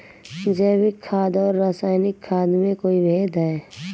जैविक खाद और रासायनिक खाद में कोई भेद है?